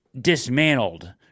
dismantled